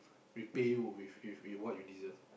repay you with with with what you deserve